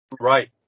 Right